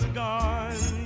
gone